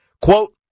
Quote